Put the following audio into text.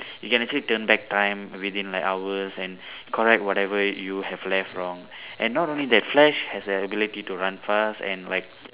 you can actually turn back time within like hours and correct whatever you have left wrong and not only that flash has the ability to run fast and like